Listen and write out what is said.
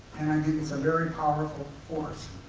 think it's a very powerful force.